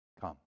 come